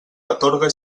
atorga